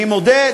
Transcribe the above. אני מודה.